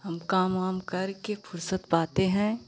हम काम वाम करके फुर्सत पाते हैं